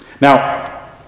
Now